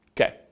Okay